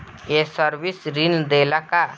ये सर्विस ऋण देला का?